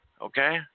Okay